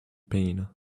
pain